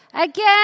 Again